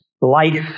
life